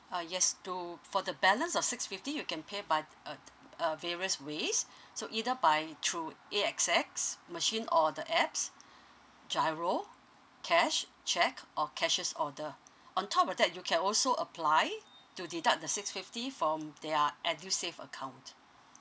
uh yes to for the balance of six fifty you can pay by uh uh various ways so either by through A_X_S machine or the apps GIRO cash cheque or cashless order on top of that you can also apply to deduct the six fifty from their edusave account